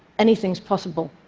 anything's possible.